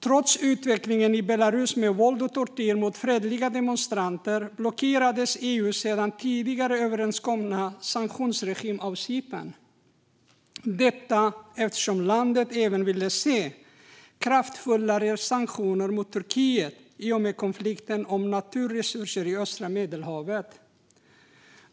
Trots utvecklingen i Belarus med våld och tortyr mot fredliga demonstranter blockerades EU:s sedan tidigare överenskomna sanktionsregim av Cypern. Detta eftersom Cypern även ville se kraftfullare sanktioner mot Turkiet i och med konflikten om naturresurser i östra Medelhavet.